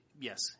yes